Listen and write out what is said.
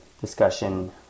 discussion